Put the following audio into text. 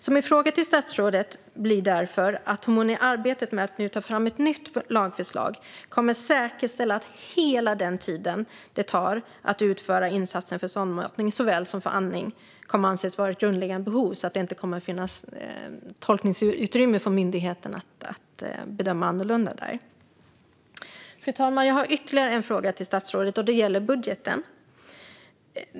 Min fråga till statsrådet blir därför om hon i arbetet med att ta fram ett nytt lagförslag säkerställer att hela den tid det tar att utföra insatsen för sondmatning såväl som för andning kommer att anses vara ett grundläggande behov, så att det inte kommer att finnas tolkningsutrymme för myndigheten att göra en annorlunda bedömning. Fru talman! Jag har ytterligare en fråga till statsrådet, och den gäller budgeten.